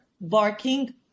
barking